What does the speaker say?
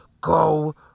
Go